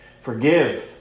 Forgive